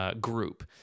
group